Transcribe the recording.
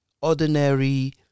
ordinary